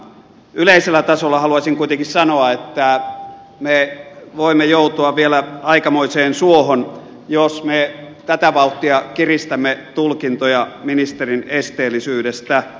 yleisellä tasolla haluaisin kuitenkin sanoa että me voimme joutua vielä aikamoiseen suohon jos me tätä vauhtia kiristämme tulkintoja ministerin esteellisyydestä